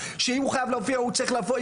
שהוא חייב לבוא,